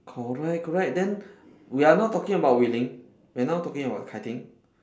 correct correct then we are not talking about wei-ling we are now talking about kai-ting